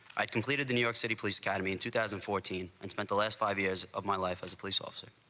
i completed the new york city police academy in two thousand and fourteen and spent the last five years of my life as a police officer